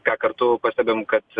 ką kartu pastebim kad